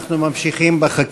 אנחנו ממשיכים בהצעת חוק